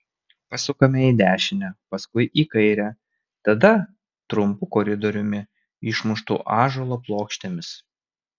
pasukame į dešinę paskui į kairę tada trumpu koridoriumi išmuštu ąžuolo plokštėmis